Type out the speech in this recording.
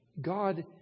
God